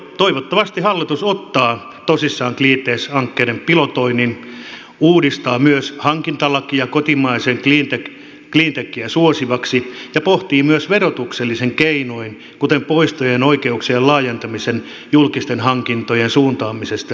toivottavasti hallitus ottaa tosissaan cleantech hankkeiden pilotoinnin uudistaa hankintalakia kotimaista cleantechiä suosivaksi ja pohtii myös verotuksellisin keinoin kuten poisto oikeuksien laajentamisella julkisten hankintojen suuntaamista cleantechiin